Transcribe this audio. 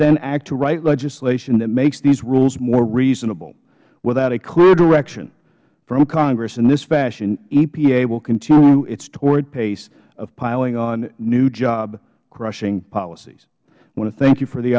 then act to write legislation that makes these rules more reasonable without a clear direction from congress in this fashion epa will continue its toward pace of piling on new job crushing policies i want to thank you for the